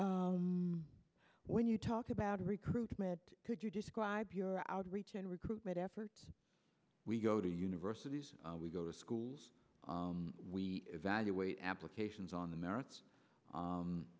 when you talk about recruitment could you describe your outreach and recruitment efforts we go to universities we go to schools we evaluate applications on the merits